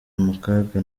mukaga